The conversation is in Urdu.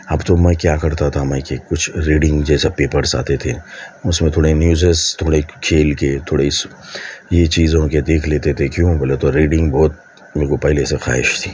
اب تو میں کیا کرتا تھا میں کہ کچھ ریڈننگ جیسا پیپرز آتے تھے اس میں تھوڑا نیوجیز تھوڑے کھیل کے تھوڑے اس یہ چیزوں کے دیکھ لیتے تھے کیوں بولے تو ریڈننگ بہت میرے کو پہلے سے خواہش تھی